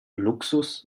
luxus